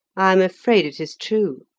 i am afraid it is true.